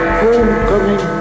homecoming